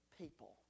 people